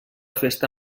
festa